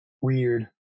weird